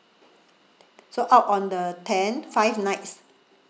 so out on the ten five nights